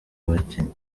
abakinnyi